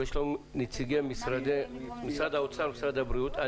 ויש לנו נציגי משרד האוצר ומשרד הבריאות,